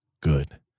good